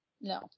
No